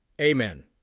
Amen